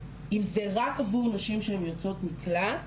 אם זה רק עבור נשים יוצאות מקלט,